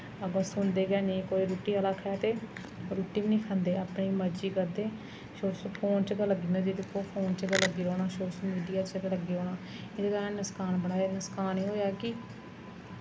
अग्गूं सुनदे गै निं कोई रुट्टी आह्ला आक्खै ते रुट्टी बी निं खंदे अपनी मर्जी करदे फोन च गै लग्गे रौह्ना जिसलै दिक्खो फोन गै लग्गी रौह्ना सोशल मीडिया च गै लग्गे रौह्ना एह्दे कन्नै नुकसान बड़ा होऐ नुकसान एह् होएआ कि